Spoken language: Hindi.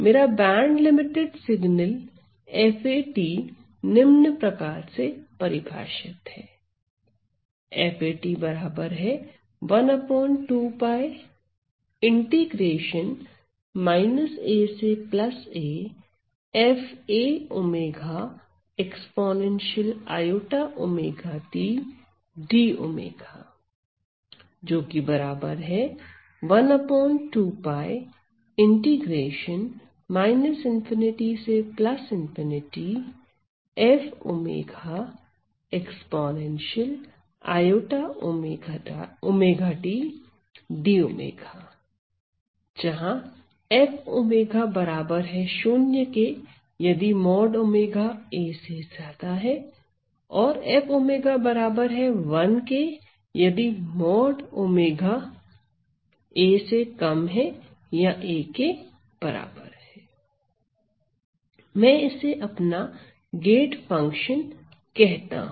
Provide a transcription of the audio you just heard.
मेरा बैंडलिमिटेड सिगनल fa निम्न प्रकार से परिभाषित है जहां मैं इसे अपना गेट फंक्शन कहता हूं